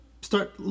start